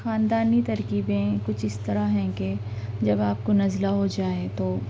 خاندانی ترکیبیں کچھ اس طرح ہیں کہ جب آپ کو نزلہ ہو جائے تو